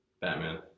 Batman